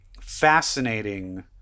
fascinating